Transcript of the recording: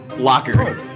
locker